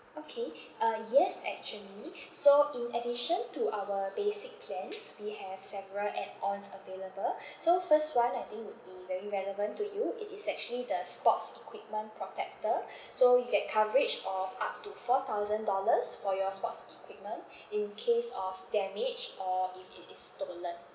okay uh yes actually so in addition to our basic plans we have several add-ons available so first one I think would be very relevant to you it is actually the sports equipment protector so you get coverage of up to four thousand dollars for your sports equipment in case of damage or if it is stolen